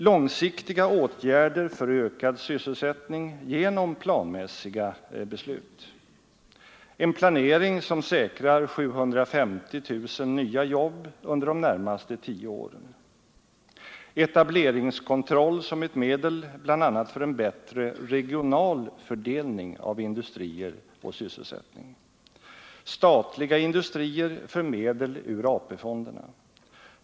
Långsiktiga åtgärder för ökad sysselsättning genom planmässiga beslut. En planering som säkrar 750 000 nya jobb under de närmaste tio åren. Etableringskontroll som ett medel bl.a. för en bättre regional fördelning av industrier och sysselsättning. Statliga industrier för medel ur AP-fonderna.